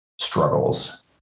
struggles